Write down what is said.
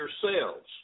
yourselves